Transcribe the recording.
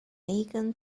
megan